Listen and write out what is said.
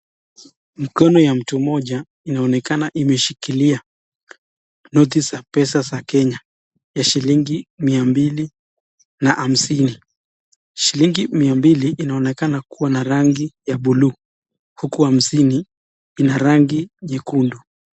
Mkono ya mtu mmoja inaonekana imeshikilia noti za pesa za Kenya ya shilingi mia mbili na hamsini. Shilingi mia mbili inaonekana kuwa na rangi ya buluu uku hamsini ina rangi nyekundu.